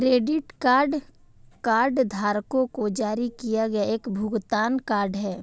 credit card कार्डधारकों को जारी किया गया एक भुगतान कार्ड है